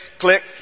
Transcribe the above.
click